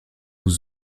aux